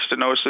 stenosis